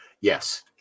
Yes